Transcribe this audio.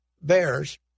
Bears